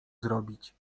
zrobić